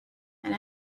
and